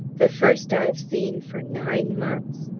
the first i've seen for nine months.